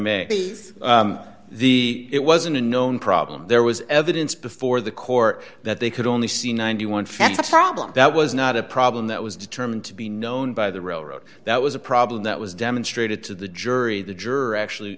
may be the it wasn't a known problem there was evidence before the court that they could only see ninety one facts that's problem that was not a problem that was determined to be known by the railroad that was a problem that was demonstrated to the jury the juror actually